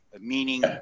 meaning